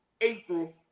April